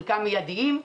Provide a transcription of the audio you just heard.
חלקם מידיים,